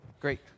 Great